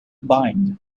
bind